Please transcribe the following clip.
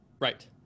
Right